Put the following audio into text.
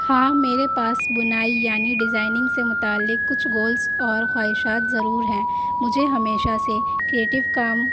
ہاں میرے پاس بنائی یعنی ڈیزائنگ سے متعلق کچھ گولس اور خواہشات ضرور ہیں مجھے ہمیشہ سے کریٹو کام